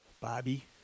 Bobby